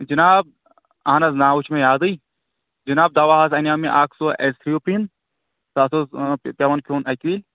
جِناب اہن حظ ناو وٕچھ مےٚ یادٕے جِناب دوا حظ اَنیو مےٚ اَکھ سُہ ایزفرٛیوپِن سُہ ہَسا اوس پٮ۪وان کھیوٚن اَکِہ وِز